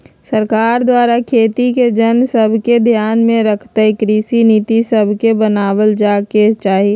सरकार द्वारा खेती के जन सभके ध्यान में रखइते कृषि नीति सभके बनाएल जाय के चाही